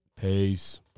Peace